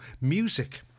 music